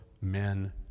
men